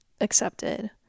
accepted